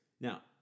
Now